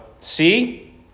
See